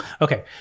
Okay